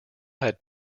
had